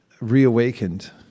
reawakened